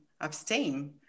abstain